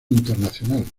internacional